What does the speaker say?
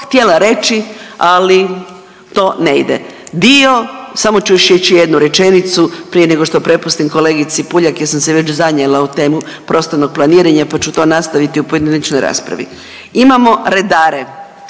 htjela reći ali to ne ide. Dio samo ću još reć jednu rečenicu prije nego što prepustim kolegici Puljak jer sam se već zanijela u temu prostornog planiranja pa ću to nastaviti u pojedinačnoj raspravi. Imamo redare,